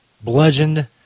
bludgeoned